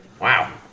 Wow